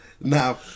Now